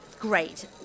Great